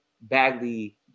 Bagley